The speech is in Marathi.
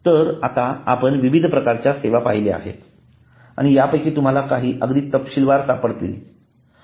तर आता आपण विविध प्रकारच्या सेवा पाहिल्या आहेत आणि त्यापैकी काही तुम्हाला अगदी तपशीलवार सापडतील